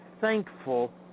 thankful